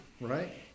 right